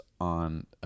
on